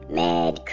mad